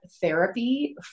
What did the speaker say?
therapy